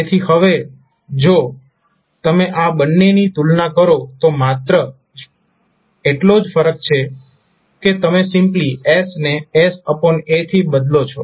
તેથી હવે જો તમે આ બંનેની તુલના કરો તો માત્ર એટલો જ ફરક છે કે તમે સિમ્પ્લી s ને sa થી બદલો છો